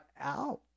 out